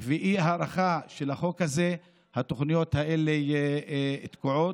ואי-הארכה של החוק הזה התוכניות האלה תקועות.